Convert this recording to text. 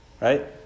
Right